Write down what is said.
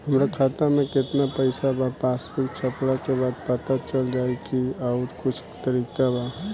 हमरा खाता में केतना पइसा बा पासबुक छपला के बाद पता चल जाई कि आउर कुछ तरिका बा?